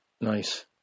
nice